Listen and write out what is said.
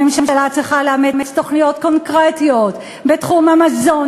הממשלה צריכה לאמץ תוכניות קונקרטיות בתחום המזון,